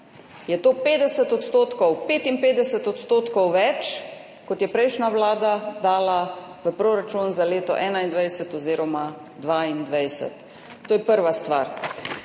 je to 50 %, 55 % več kot je prejšnja vlada dala v proračun za leto 2021 oziroma 2022. To je prva stvar.